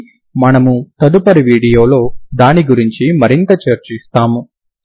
కాబట్టి మనము తదుపరి వీడియోలో దాని గురించి మరింత చర్చిస్తాము